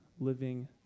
living